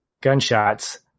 gunshots